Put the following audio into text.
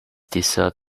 dessert